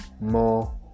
more